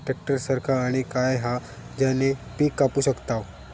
Tractor सारखा आणि काय हा ज्याने पीका कापू शकताव?